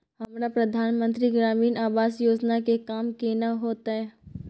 हमरा प्रधानमंत्री ग्रामीण आवास योजना के काम केना होतय?